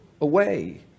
away